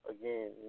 again